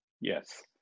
Yes